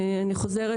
אני חוזרת,